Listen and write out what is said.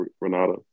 Renata